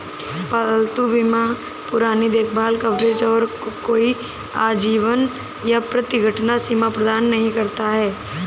पालतू बीमा पुरानी देखभाल कवरेज और कोई आजीवन या प्रति घटना सीमा प्रदान नहीं करता